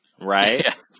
Right